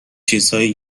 چیزهایی